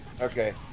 okay